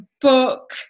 book